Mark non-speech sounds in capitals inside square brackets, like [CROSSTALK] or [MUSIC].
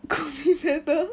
[LAUGHS] could be better